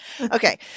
Okay